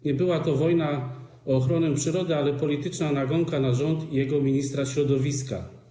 Nie była to wojna o ochronę przyrody, ale była to polityczna nagonka na rząd i jego ministra środowiska.